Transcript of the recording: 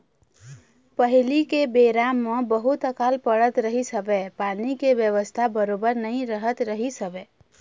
पहिली के बेरा म बहुत अकाल पड़त रहिस हवय पानी के बेवस्था बरोबर नइ रहत रहिस हवय